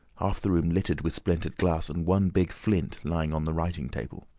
half the room littered with splintered glass, and one big flint lying on the writing table.